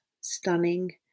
stunning